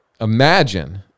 imagine